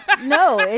No